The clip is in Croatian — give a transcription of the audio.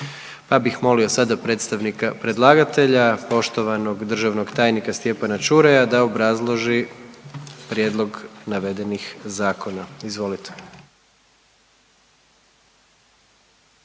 pa bih molio sada predstavnika predlagatelja poštovanog državnog tajnika Stjepana Čuraja da obrazloži prijedlog navedenih zakona. Izvolite.